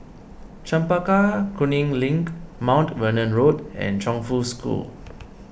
Chempaka Kuning Link Mount Vernon Road and Chongfu School